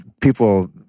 people